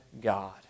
God